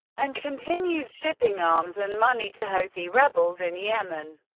and continued shipping arms and money to houthi rebels in yemen,